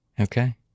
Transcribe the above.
Okay